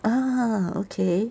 ah okay